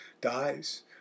dies